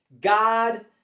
God